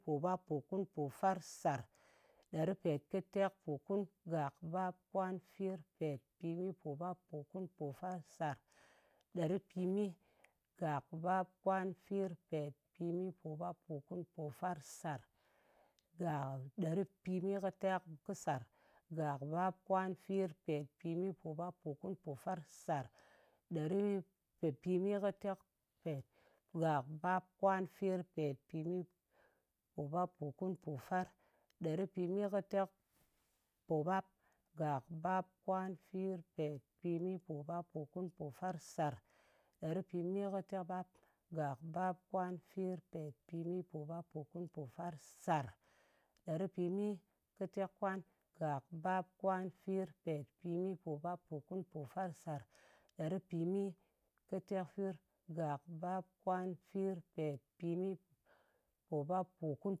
Pobap, pokun, pofar, sar. Ɗeri petpetek pokun, gak, bap kwan, fir, pet, pimi, pobap, pokun, pofar, sar. Gak, ɗeri pimi, kɨ tek, kɨ sar. Gak, bap kwan, fir, pet, pimi, pobap, pokun, pofar, sar. Ɗer pimikɨtekpet. Gak, bap kwan, fir, pet, pimi, pobap, pokun, pofar, ɗeri pimi kɨtekpobap. Gak, bap kwan, fir, pet, pimi, pobap, pokun, pofar, sar. Ɗeri pimikɨtekbap. Gak, bap kwan, fir, pet, pimi, pobap, pokun, pofar, sar. Ɗeri pimikɨtekwan. Gak, bap kwan, fir, pet, pimi, pobap, pokun, pofar, sar. Ɗeri pimikɨtekfir. Gak, bap kwan, fir, pet, pimi, pobap, pokun,